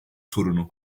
sorunu